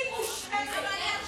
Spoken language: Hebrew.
היא מושחתת.